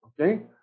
okay